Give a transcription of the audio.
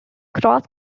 cross